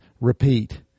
repeat